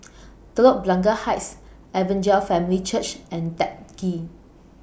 Telok Blangah Heights Evangel Family Church and Teck Ghee